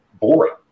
boring